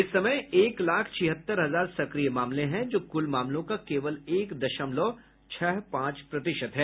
इस समय एक लाख छिहत्तर हजार सक्रिय मामले हैं जो कुल मामलों का केवल एक दशमलव छह पांच प्रतिशत है